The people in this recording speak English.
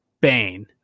Bane